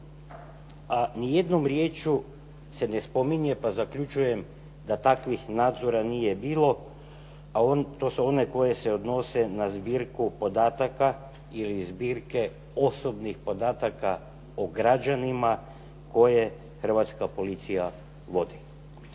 a nijednom rječju se ne spominje, pa zaključujem da takvih nadzora nije bilo, a to su oni koji se odnose na zbirku podataka ili zbirke osobnih podataka o građanima koje Hrvatska policija vodi.